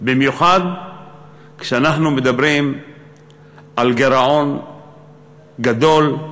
במיוחד כשאנחנו מדברים על גירעון גדול,